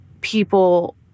people